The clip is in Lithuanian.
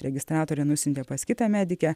registratorė nusiuntė pas kitą medikę